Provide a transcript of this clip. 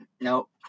Nope